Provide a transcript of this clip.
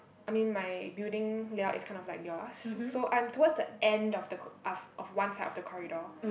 I mean my building layout is kind of like yours so I'm towards the end of the corr~ of of one side of the corridor